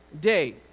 day